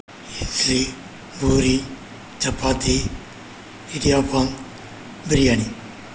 idli puri chapati idiyappam biryani